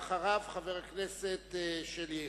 ואחריו, את חברת הכנסת שלי יחימוביץ.